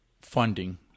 funding